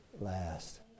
last